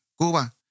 Cuba